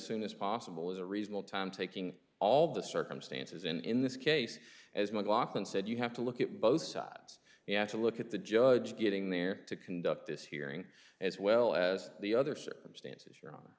soon as possible is a reasonable time taking all the circumstances in in this case as mclaughlin said you have to look at both sides you have to look at the judge getting there to conduct this hearing as well as the other circumstances